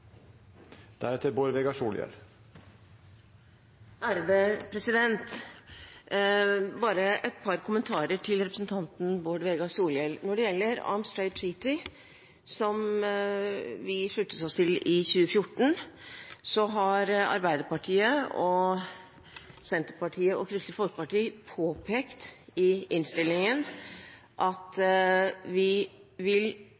Bare et par kommentarer til representanten Bård Vegar Solhjell. Når det gjelder Arms Trade Treaty, som vi sluttet oss til i 2014, har Arbeiderpartiet, Senterpartiet og Kristelig Folkeparti påpekt i innstillingen at vi vil